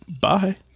Bye